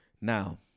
Now